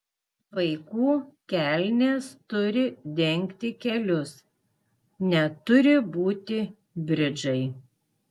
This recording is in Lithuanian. vaikų kelnės turi dengti kelius neturi būti bridžai